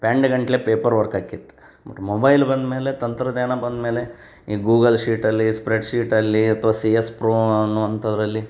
ಪೆಂಡ್ಗಟ್ಲೆ paper work ಆಕಿತ್ತು but mobile ಬಂದ ಮೇಲೆ ತಂತ್ರಜ್ಞಾನ ಬಂದ ಮೇಲೆ ಈ ಗೂಗಲ್ ಶೀಟಲ್ಲಿ ಸ್ಪ್ರೆಡ್ಶೀಟಲ್ಲಿ ಅಥ್ವಾ ಸಿ ಎಸ್ ಪ್ರೋ ಅನ್ನೋ ಅಂಥದ್ದರಲ್ಲಿ